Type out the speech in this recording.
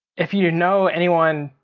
if you know anyone,